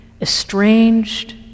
estranged